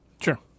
Sure